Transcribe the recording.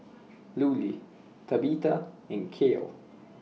Lulie Tabitha and Kiel